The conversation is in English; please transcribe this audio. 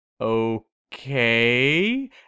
okay